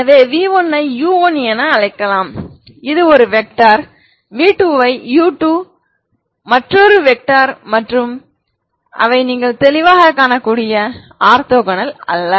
எனவே v1 ஐ u1 என அழைக்கலாம் இது ஒரு வெக்டர் v2 ஐ u2 மற்றொரு திசையன் மற்றும் அவை நீங்கள் தெளிவாகக் காணக்கூடிய ஆர்த்தோகனல் அல்ல